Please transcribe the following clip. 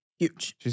Huge